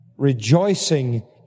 Rejoicing